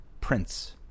prince